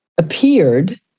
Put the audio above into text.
appeared